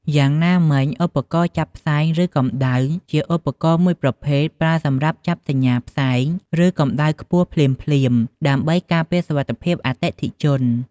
យ៉ាងណាមិញ ឧបករណ៍ចាប់ផ្សែងឫកម្ដៅជាឧបករណ៍មួយប្រភេទប្រើសម្រាប់ចាប់សញ្ញាផ្សែងៗ ឬកម្ដៅខ្ពស់ភ្លាមៗ ដើម្បីការពារសុវត្ថិភាពអតិថិជន។